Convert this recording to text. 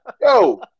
Yo